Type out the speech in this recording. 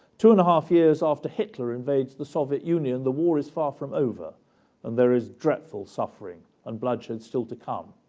two and a half years after hitler invades the soviet union, the war is far from over and there is dreadful suffering and bloodshed still to come.